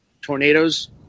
tornadoes